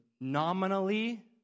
nominally